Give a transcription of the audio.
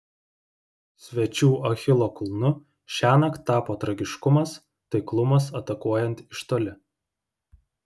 svečių achilo kulnu šiąnakt tapo tragiškumas taiklumas atakuojant iš toli